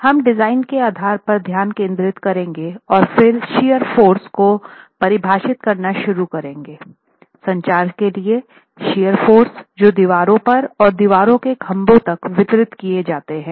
हम डिजाइन के आधार पर ध्यान केंद्रित करेंगे और फिर शियर फोर्स को परिभाषित करना शुरू करेंगे संरचना के लिए शियर फोर्स जो दीवारों पर और दीवारों से खम्भों तक वितरित किए जाते हैं